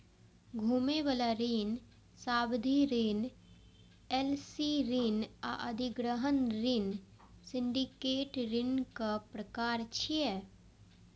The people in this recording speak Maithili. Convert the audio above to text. घुमै बला ऋण, सावधि ऋण, एल.सी ऋण आ अधिग्रहण ऋण सिंडिकेट ऋणक प्रकार छियै